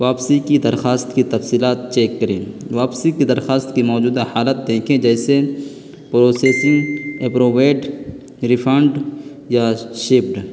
واپسی کی درخواست کی تفصیلات چیک کریں واپسی کی درخواست کی موجودہ حالت دیکھیں جیسے پروسیسنگ اپروویٹ ریفنڈ یا شیپڈ